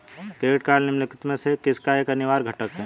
Credit card निम्नलिखित में से किसका एक अनिवार्य घटक है?